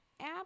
app